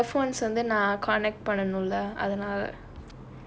ah my earphones வந்து நா:vanthu naa connect பண்ணனுல்ல அதனால:pannanulla athanaala